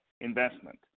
Investment